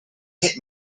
hit